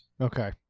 Okay